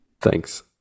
Thanks